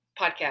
podcast